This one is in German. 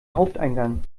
haupteingang